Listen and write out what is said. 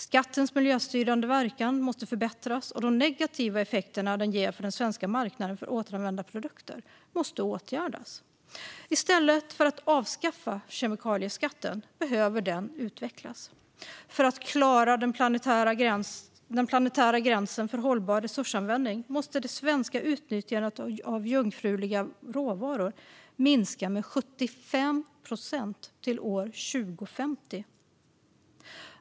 Skattens miljöstyrande verkan måste förbättras, och de negativa effekter den ger för den svenska marknaden för återanvända produkter måste åtgärdas. I stället för att avskaffa kemikalieskatten behöver man utveckla den. För att klara den planetära gränsen för hållbar resursanvändning måste det svenska utnyttjandet av jungfruliga råvaror minska med 75 procent till år 2050.